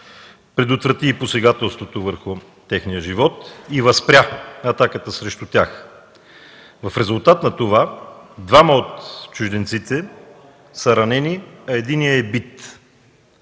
предотврати и посегателството върху техния живот и възпря атаката срещу тях. В резултат на това двама от чужденците са ранени, а единият е бит.